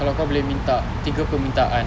kalau kau boleh minta tiga permintaan